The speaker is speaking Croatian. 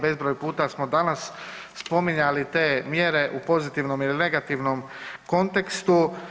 Bezbroj puta smo danas spominjali te mjere u pozitivnom ili negativnom kontekstu.